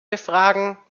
befragung